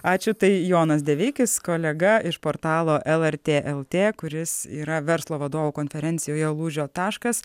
ačiū tai jonas deveikis kolega iš portalo lrt lt kuris yra verslo vadovų konferencijoje lūžio taškas